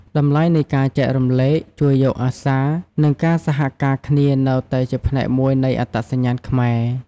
តម្លៃនៃការចែករំលែក ជួយយកអាសា និងការសហការគ្នានៅតែជាផ្នែកមួយនៃអត្តសញ្ញាណខ្មែរ។